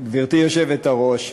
גברתי היושבת-ראש,